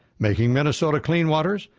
making minnesota clean waters,